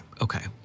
okay